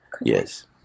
yes